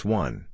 one